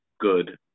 good